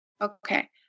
Okay